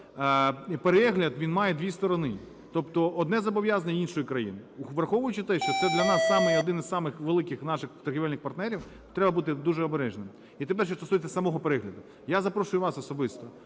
перегляд, він має дві сторони. Тобто одне зобов'язання і іншої країни. Тобто враховуючи те, що це для нас самий, один із самих великих наших торгівельних партнерів, треба бути дуже обережними. І тепер що стосується самого перегляду. Я запрошую вас особисто